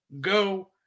go